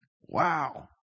Wow